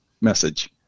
message